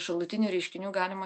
šalutinių reiškinių galima